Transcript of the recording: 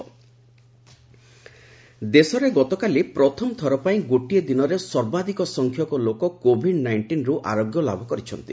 recovery rate ଦେଶରେ ଗତକାଲି ପ୍ରଥମ ଥର ପାଇଁ ଗୋଟିଏ ଦିନରେ ସର୍ବାଧିକ ସଂଖ୍ୟକ ଲୋକ କୋଭିଡ ନାଇଷ୍ଟିନରୁ ଆରୋଗ୍ୟ ଲାଭ କରିଛନ୍ତି